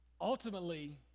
Ultimately